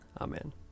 Amen